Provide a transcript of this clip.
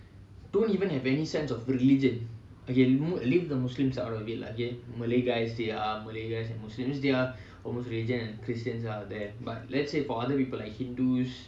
don't even have any sense of religion again you know leave the muslims out okay malay guys they are muslims and they are the most religious and christians are there but let's say for other people like hindus